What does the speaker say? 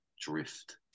drift